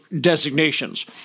designations